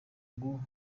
ngo